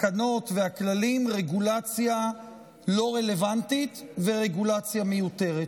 התקנות והכללים רגולציה לא רלוונטית ורגולציה מיותרת,